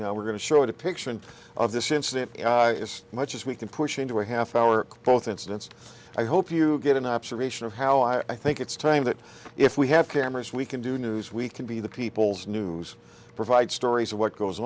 now we're going to show a depiction of this incident as much as we can push into a half hour both incidents i hope you get an observation of how i think it's time that if we have cameras we can do news we can be the people's news provide stories of what goes